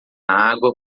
água